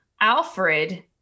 alfred